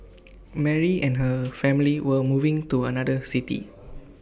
Mary and her family were moving to another city